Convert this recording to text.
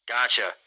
Gotcha